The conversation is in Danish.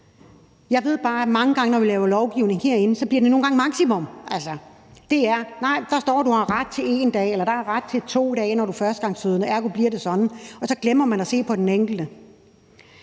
Jeg ved bare, at når vi laver lovgivning herinde, bliver det nogle gange et maksimum. Altså, der står, at der er ret til 1 dag, eller at der er ret til 2 dage, når du er førstegangsfødende, ergo bliver det sådan, og så glemmer man at se på den enkelte.